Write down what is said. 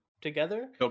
together